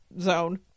zone